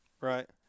Right